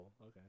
okay